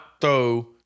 throw